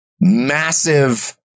massive